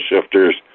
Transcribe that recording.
shifters